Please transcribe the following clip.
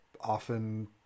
often